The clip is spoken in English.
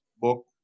book